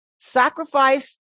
sacrifice